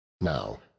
Now